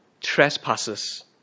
trespasses